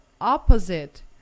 opposite